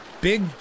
big